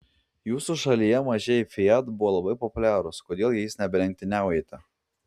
jūsų šalyje mažieji fiat buvo labai populiarūs kodėl jais nebelenktyniaujate